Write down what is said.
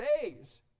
days